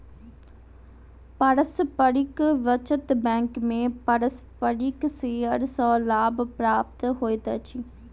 पारस्परिक बचत बैंक में पारस्परिक शेयर सॅ लाभ प्राप्त होइत अछि